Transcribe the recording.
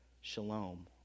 shalom